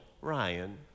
Ryan